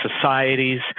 societies